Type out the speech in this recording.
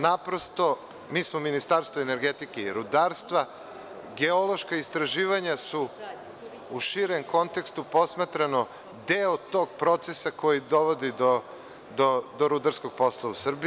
Naprosto, mi smo Ministarstvo energetike i rudarstva, a geološka istraživanja su u širem kontekstu deo tog procesa koji dovodi do rudarskog posla u Srbiji.